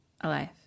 alive